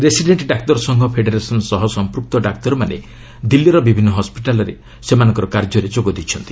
resident ଡାକ୍ତର ସଂଘ federation ସହ ସଂପୃକ୍ତ ଡାକ୍ତରମାନେ ମଧ୍ୟ ଦିଲ୍ଲୀର ବିଭିନ୍ନ ହସ୍କିଟାଲ୍ରେ ସେମାନଙ୍କର କାର୍ଯ୍ୟରେ ଯୋଗଦେଇଛନ୍ତି